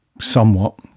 somewhat